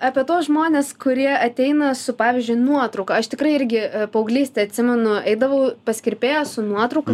apie tuos žmones kurie ateina su pavyzdžiui nuotrauka aš tikrai irgi paauglystėj atsimenu eidavau pas kirpėją su nuotrauka